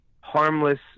harmless